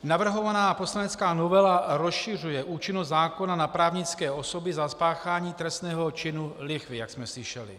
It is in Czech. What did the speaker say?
Navrhovaná poslanecká novela rozšiřuje účinnost zákona na právnické osoby za spáchání trestného činu lichvy, jak jsme slyšeli.